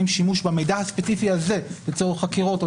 שימוש במידע הספציפי הזה לצורך חקירות.